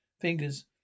Fingers